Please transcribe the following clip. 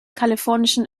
kalifornischen